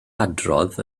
hadrodd